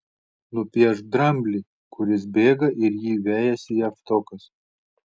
nupiešk dramblį kuris bėga ir jį vejasi javtokas